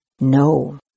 No